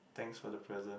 thanks for the present